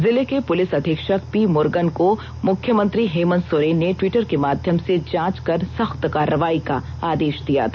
जिले के पुलिस अधीक्षक पी मुरगन को मुख्यमंत्री हेमन्त सोरेन ने ट्विटर के माध्यम से जॉच कर सख्त कार्रवाई का आदेश दिया था